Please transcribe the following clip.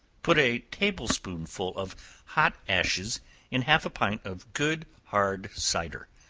put a table-spoonful of hot ashes in half a pint of good hard cider,